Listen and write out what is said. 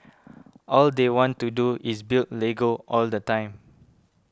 all they want to do is build Lego all the time